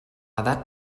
edat